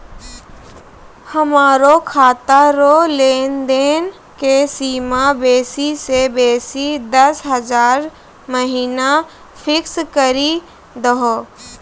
हमरो खाता रो लेनदेन के सीमा बेसी से बेसी दस हजार महिना फिक्स करि दहो